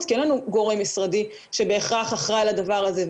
כי אין לנו גורם משרדי שבהכרח אחראי לדבר הזה,